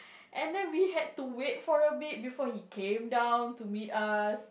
and then we had to wait for a bit before he came down to meet us